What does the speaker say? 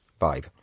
vibe